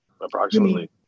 approximately